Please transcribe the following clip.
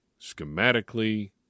schematically